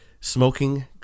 smoking